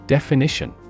Definition